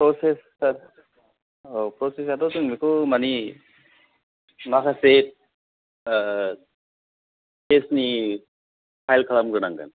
process औ प्रसेसाथ जों बेखौ मानि माखासे केसनि फाइल खालामग्रोनांगोन